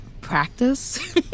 practice